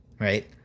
right